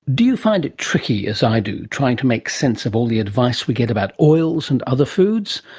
do you find it tricky, as i do, trying to make sense of all the advice we get about oils and other foods?